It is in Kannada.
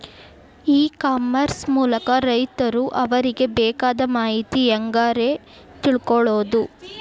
ಇ ಕಾಮರ್ಸ್ ಮೂಲಕ ರೈತರು ಅವರಿಗೆ ಬೇಕಾದ ಮಾಹಿತಿ ಹ್ಯಾಂಗ ರೇ ತಿಳ್ಕೊಳೋದು?